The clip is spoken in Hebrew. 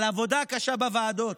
על עבודה קשה בוועדות.